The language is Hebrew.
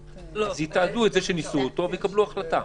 בלעדיו, אז יתעדו את זה שניסו ויקבלו החלטה.